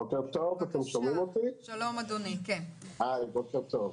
בוקר טוב.